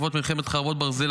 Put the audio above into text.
בעקבות מלחמת חרבות ברזל,